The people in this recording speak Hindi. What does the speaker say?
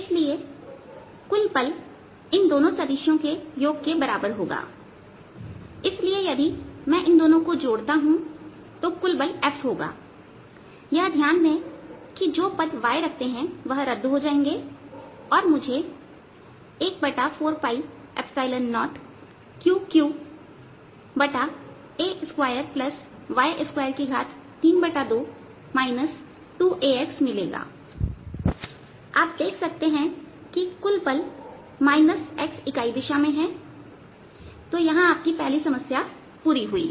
इसलिए कुल बल इन दोनों सदिशों के योग के बराबर होगा यदि मैं इन दोनों को जोड़ता हूं तो कुल बल F होगा यह ध्यान दें कि जो पद y रखते हैं वह रद्द हो जाएंगे और मुझे 140 Qqa2y232 मिलेगा आप देख सकते हैं कि कुल बल x इकाई दिशा में है तो यह पहली समस्या पूरी हुई